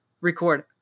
record